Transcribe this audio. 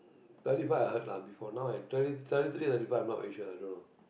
thirty five is what I heard lah before now I thirt~ thirty three I'm not very sure i don't know